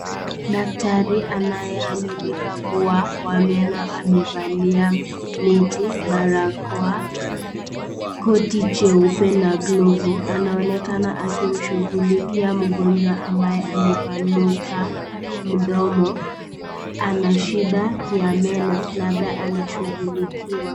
Daktari anayeaminika kuwa wa meno amevalia neti, barakoa, koti jeupe na glovu. Anaonekana akimshughulikia mgonjwa ambaye amepanuka mdomo, ana shida ya meno labda anashughulikiwa.